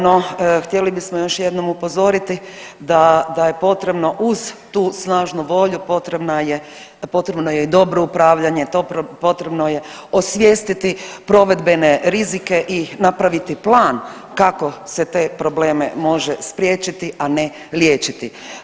No htjeli bismo još jednom upozoriti da, da je potrebno uz tu snažnu volju potrebna je, potrebno je i dobro upravljanje, potrebno je osvijestiti provedbene rizike i napraviti plan kako se te probleme može spriječiti, a ne liječiti.